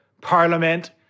parliament